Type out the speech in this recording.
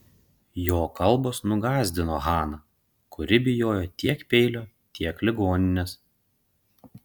jo kalbos nugąsdino haną kuri bijojo tiek peilio tiek ligoninės